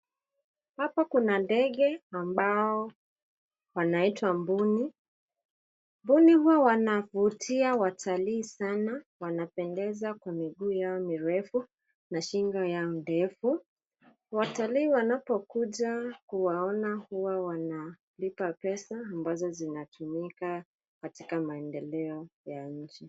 Hapa kuna ndege ambao wanaitwa mbuni. Mbuni huwa wanavutia watalii sana, wanapendeza kwa miguu yao mirefu na shingo yao ndefu. Watalii wanapokuja kuwaona huwa wanalipa pesa ambazo zinatumika katika maendeleo ya nchi.